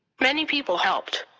many people helped.